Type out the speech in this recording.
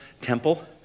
temple